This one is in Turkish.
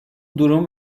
durum